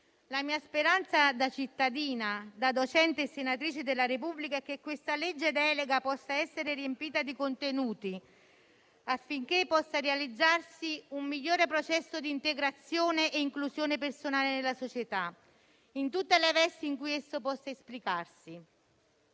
La mia speranza da cittadina, da docente e da senatrice della Repubblica, è che questo disegno di legge delega possa essere riempito di contenuti affinché possa realizzarsi un migliore processo di integrazione e inclusione personale nella società, in tutte le vesti in cui esso possa esplicarsi.